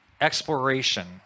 exploration